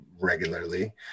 regularly